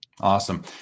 Awesome